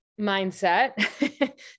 mindset